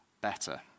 better